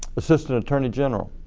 assistant attorney general.